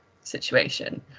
situation